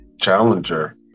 challenger